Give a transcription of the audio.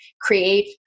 create